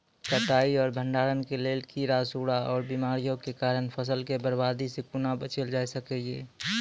कटाई आर भंडारण के लेल कीड़ा, सूड़ा आर बीमारियों के कारण फसलक बर्बादी सॅ कूना बचेल जाय सकै ये?